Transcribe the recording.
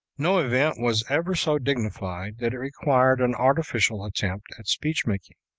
no event was ever so dignified that it required an artificial attempt at speech making.